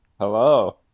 Hello